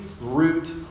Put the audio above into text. root